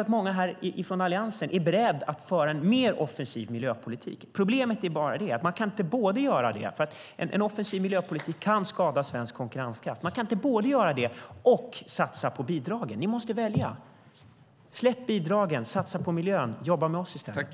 att många från Alliansen är beredda att föra en mer offensiv miljöpolitik. Problemet är bara att man inte kan göra både det och satsa på bidragen, för en offensiv miljöpolitik kan skada svensk konkurrenskraft. Ni måste välja. Släpp bidragen! Satsa på miljön! Jobba med oss i stället!